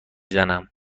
زنم